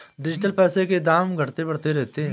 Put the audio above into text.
digital पैसों के दाम घटते बढ़ते रहते हैं